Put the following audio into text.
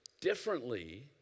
differently